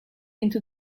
into